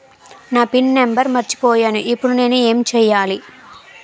నా pin number మర్చిపోయాను ఇప్పుడు నేను ఎంచేయాలి?